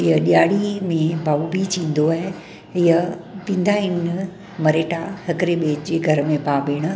इहे ॾियारी में भाऊ बीच ईंदो आहे इहा पींदा आहिनि मरेटा हिकिरे ॿिए जे घर में भाउ भेण